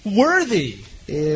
worthy